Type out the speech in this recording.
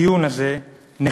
הדיון הזה נחלק